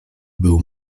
był